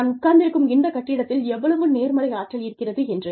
நான் உட்கார்ந்திருக்கும் இந்த கட்டிடத்தில் எவ்வளவு நேர்மறை ஆற்றல் இருக்கிறது என்று